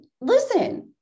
listen